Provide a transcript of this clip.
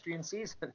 season